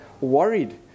worried